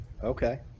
Okay